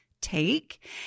take